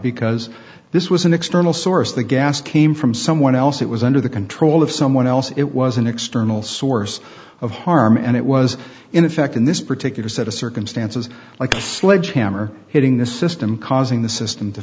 because this was an external source the gas came from someone else it was under the control of someone else it was an external source of harm and it was in effect in this particular set of circumstances like a sledgehammer hitting the system causing the system to